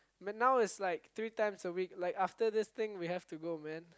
but now it's like three times a week like after this thing we have to go man